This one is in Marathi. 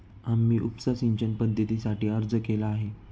आम्ही उपसा सिंचन पद्धतीसाठी अर्ज केला आहे